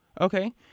Okay